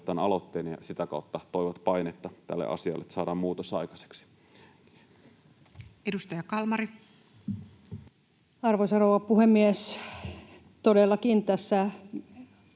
aloitteen ja sitä kautta toivat painetta tälle asialle, että saadaan muutos aikaiseksi. Edustaja Kalmari. Arvoisa rouva puhemies! Todellakin tässä